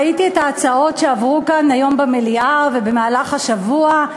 ראיתי את ההצעות שעברו כאן במליאה היום ובמהלך השבוע,